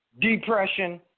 depression